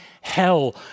hell